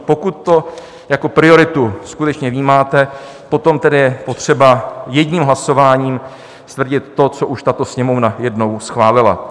Pokud to jako prioritu skutečně vnímáte, potom tedy je potřeba jedním hlasováním stvrdit to, co už tato Sněmovna jednou schválila.